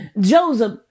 Joseph